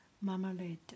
marmalade